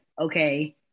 okay